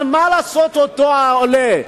אבל מה לעשות, אותו עולה,